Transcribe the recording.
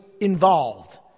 involved